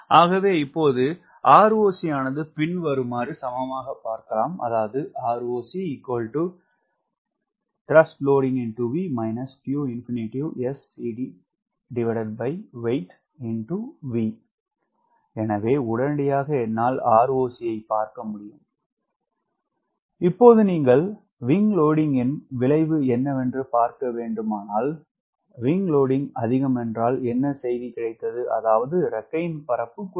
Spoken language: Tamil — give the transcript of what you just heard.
ஆகவே இப்போது ROC ஆனது பின்வருவதற்கு சமமாக பார்க்கலாம் எனவே உடனடியாக என்னால் ROC ஐ பார்க்க முடியும் இப்போது நீங்கள் WS ன் விளைவு என்னவென்று பார்க்க வேண்டுமானால் WS அதிகம் என்றால் என்ன செய்தி கிடைத்தது அதாவது இறக்கையின் பரப்பு குறைவு